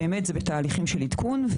זה בתהליכים של עדכון.